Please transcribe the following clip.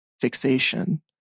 fixation